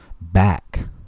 back